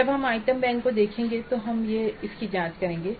जब हम आइटम बैंकों को देखेंगे तो हम इसकी जांच करेंगे